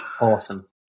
Awesome